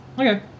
okay